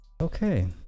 okay